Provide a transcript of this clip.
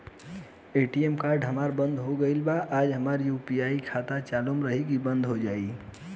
ATM card अभी बंद हो गईल आज और हमार यू.पी.आई खाता चालू रही की बन्द हो जाई?